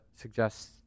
suggests